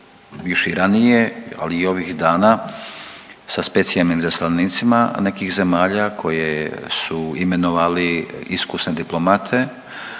još i ranije, ali i ovih dana sa specijalnim izaslanicima nekih zemalja koje su imenovali iskusne diplomate